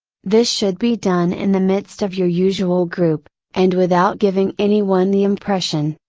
this should be done in the midst of your usual group, and without giving anyone the impression,